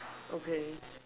okay